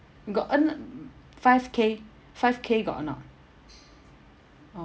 got earn five K five K got or not oh